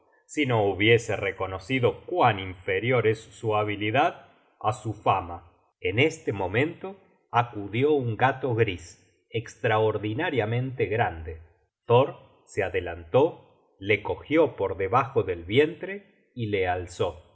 si no hubiese reconocido cuán inferior es su habilidad á su fama en este momento acudió un gato gris estraordinariamente grande thor se adelantó le cogió por debajo del vientre y le alzó